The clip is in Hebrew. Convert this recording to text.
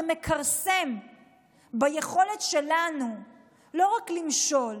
זה מכרסם ביכולת שלנו כנבחרי ציבור לא רק למשול,